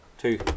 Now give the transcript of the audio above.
Two